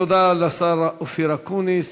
תודה לשר אופיר אקוניס.